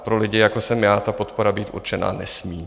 Pro lidi, jako jsem já, ta podpora být určená nesmí.